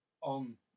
on